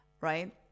right